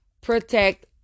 protect